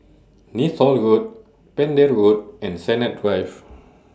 Neythal Road Pender Road and Sennett Drive